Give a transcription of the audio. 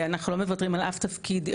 אנחנו לא מוותרים על אף תפקיד.